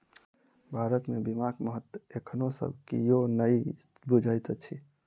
भारत मे बीमाक महत्व एखनो सब कियो नै बुझैत अछि